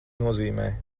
nozīmē